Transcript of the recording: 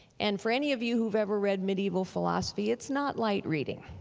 and for any of you who've ever read medieval philosophy it's not light reading.